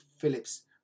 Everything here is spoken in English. Philip's